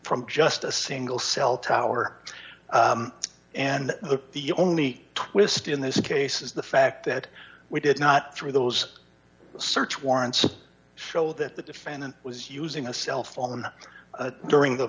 from just a single cell tower and the the only twist in this case is the fact that we did not through those search warrants show that the defendant was using a cell phone during the